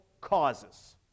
causes